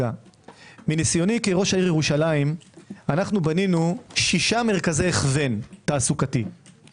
מניסיוני כראש העיר ירושלים בנינו 6 מרכזי הכוון תעסוקתיים,